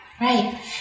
Right